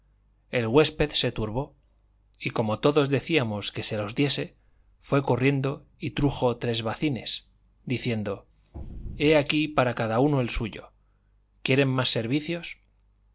el huésped se turbó y como todos decíamos que se los diese fue corriendo y trujo tres bacines diciendo he ahí para cada uno el suyo quieren más servicios